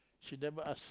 she never ask